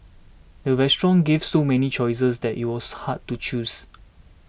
the restaurant gave so many choices that it was hard to choose